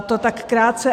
To tak krátce.